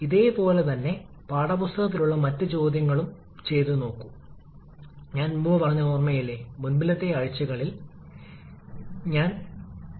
അതിനാൽ output ട്ട്പുട്ട് വർദ്ധിപ്പിക്കുന്നതിന് ഇന്റർകൂളിംഗ് നമ്മളെ സഹായിക്കുന്നു പക്ഷേ കാര്യക്ഷമത കാഴ്ചപ്പാടിൽ നിന്ന് ഇത് സഹായിച്ചേക്കില്ല